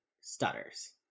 stutters